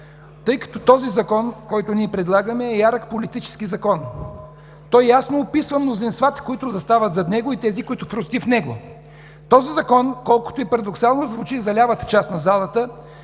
следната. Законът, който ние предлагаме, е ярък политически закон, той ясно описва мнозинствата, които застават зад него, и тези, които са против него. Колкото и парадоксално да звучи за лявата част на залата,